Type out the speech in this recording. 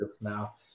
Now